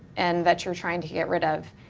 and that you're trying to get rid of.